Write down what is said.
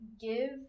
give